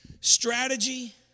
strategy